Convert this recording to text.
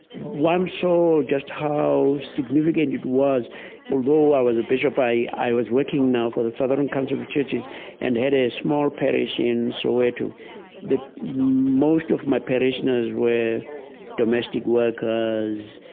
one saw just how significant it was although i was a bishop, i i was working now for the southern council of churches and had a small parish in soweto. most of my parishioners were domestic workers,